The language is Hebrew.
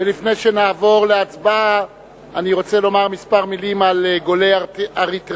ולפני שנעבור להצבעה אני רוצה לומר כמה מלים על גולי אריתריאה.